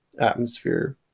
atmosphere